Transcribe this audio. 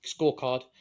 scorecard